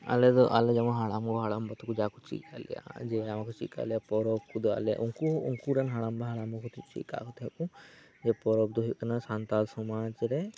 ᱟᱞᱮ ᱫᱚ ᱟᱞᱮ ᱡᱮᱢᱚᱱ ᱦᱟᱲᱟᱢ ᱦᱚᱲ ᱦᱟᱲᱟᱢ ᱵᱟ ᱛᱟᱠᱚ ᱡᱟᱠᱚ ᱪᱮᱫ ᱠᱟᱫ ᱞᱮᱭᱟ ᱡᱮ ᱦᱟᱲᱟᱢ ᱠᱚ ᱪᱮᱫ ᱠᱟᱜ ᱞᱮᱭᱟ ᱯᱚᱨᱚᱵᱽ ᱠᱚᱫᱚ ᱟᱞᱮ ᱩᱱᱠᱩ ᱦᱚᱸ ᱩᱱᱠᱩ ᱨᱮᱱ ᱦᱟᱲᱟᱢ ᱵᱟ ᱦᱟᱲᱟᱢ ᱵᱟ ᱛᱟᱠᱚ ᱪᱮᱫ ᱟᱠᱟᱫ ᱠᱚ ᱛᱟᱦᱮᱸᱫ ᱠᱚ ᱯᱚᱨᱚᱵᱽ ᱫᱚ ᱦᱩᱭᱩᱜ ᱠᱟᱱᱟ ᱥᱟᱱᱛᱟᱲ ᱥᱚᱢᱟᱡᱽ ᱨᱮ